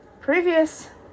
previous